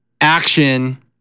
action